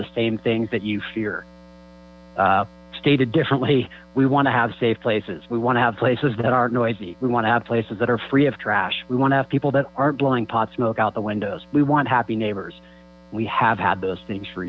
the same things that you fear stated differently we want to have safe places we want to have places that aren't noisy we want to have places that are free of trash we want to have people that are blowing pot smoke out the windows we want happy neighbors we have had those things for